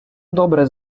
добре